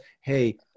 Hey